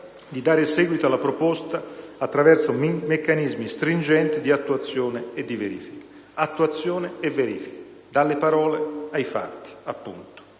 di dare seguito alla proposta attraverso meccanismi stringenti di attuazione e di verifica. Attuazione e verifica. Dalle parole ai fatti,